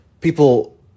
people